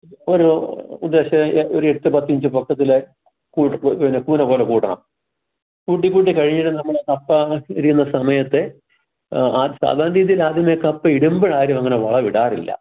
ഓരോ ഉദ്ദേശം ഒരു എട്ട് പത്ത് ഇഞ്ചു പൊക്കത്തിൽ കൂന കൂന പോലെ കൂട്ടണം കൂട്ടിക്കൂട്ടി കഴിയുമ്പോൾ കപ്പ ചെരിയുന്ന സമയത്ത് സാധാണ രീതിയിൽ കപ്പ ഇടുമ്പോഴാരും അങ്ങനെ വളം ഇടാറില്ല